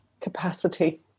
capacity